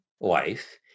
life